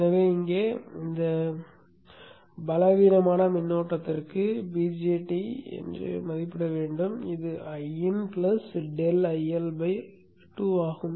எனவே இங்கே இந்த பலவீனமான மின்னோட்டத்திற்கு BJT மதிப்பிடப்பட வேண்டும் இது Iin ∆ IL 2 ஆகும்